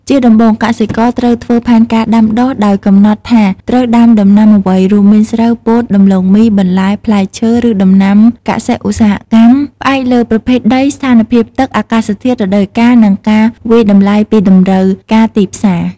ជាដំបូងកសិករត្រូវធ្វើផែនការដាំដុះ ដោយកំណត់ថាត្រូវដាំដំណាំអ្វី រួមមាន ស្រូវ ពោត ដំឡូងមី បន្លែ ផ្លែឈើ ឬដំណាំកសិឧស្សាហកម្ម ផ្អែកលើប្រភេទដី ស្ថានភាពទឹក អាកាសធាតុ រដូវកាល និងការវាយតម្លៃពីតម្រូវការទីផ្សារ។